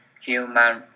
human